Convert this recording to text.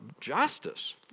justice